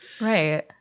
Right